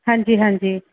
ਹਾਂਜੀ ਹਾਂਜੀ